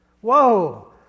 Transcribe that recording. Whoa